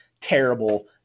terrible